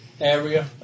area